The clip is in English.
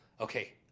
okay